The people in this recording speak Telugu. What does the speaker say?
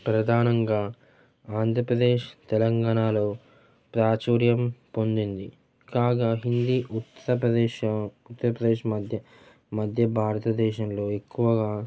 ప్రధానంగా ఆంధ్రప్రదేశ్ తెలంగాణాలో ప్రాచుర్యం పొందింది కాగా హిందీ ఉత్తరప్రదేశ్ ఉత్తరప్రదేశ్ మధ్య మధ్య భారతదేశంలో ఎక్కువగా